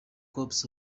corps